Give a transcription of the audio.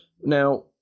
Now